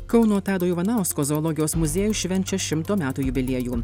kauno tado ivanausko zoologijos muziejus švenčia šimto metų jubiliejų